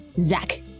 Zach